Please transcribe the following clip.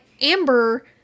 Amber